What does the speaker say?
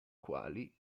quali